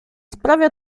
sprawia